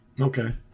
Okay